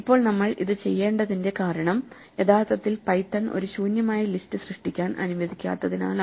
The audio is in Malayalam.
ഇപ്പോൾ നമ്മൾ ഇത് ചെയ്യേണ്ടതിന്റെ കാരണം യഥാർത്ഥത്തിൽ പൈത്തൺ ഒരു ശൂന്യമായ ലിസ്റ്റ് സൃഷ്ടിക്കാൻ അനുവദിക്കാത്തതിനാലാണ്